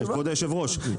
כבוד היושב ראש,